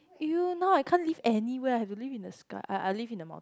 !eww! now I can't live anywhere have to live in the sky I I will live in the mountain